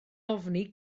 ofni